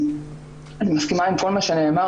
אני מסכימה עם כל מה שנאמר,